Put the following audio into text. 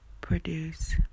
produce